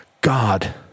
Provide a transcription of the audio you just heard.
god